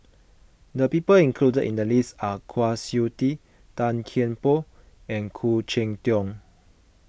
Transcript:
the people included in the list are Kwa Siew Tee Tan Kian Por and Khoo Cheng Tiong